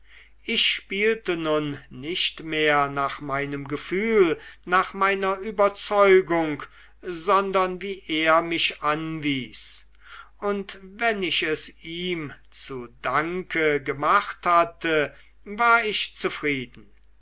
ich spielte nun nicht mehr nach meinem gefühl nach meiner überzeugung sondern wie er mich anwies und wenn ich es ihm zu danke gemacht hatte war ich zufrieden